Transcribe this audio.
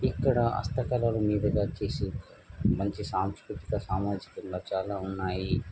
ఇక్కడ హస్త కళలు మీదుగా చేసే మంచి సాంస్కృతిక సామాజికంగా చాలా ఉన్నాయి